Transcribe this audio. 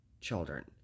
children